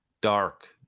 Dark